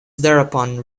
thereupon